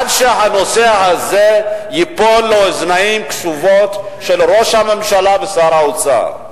עד שהנושא הזה ייפול על אוזניים קשובות של ראש הממשלה ושר האוצר?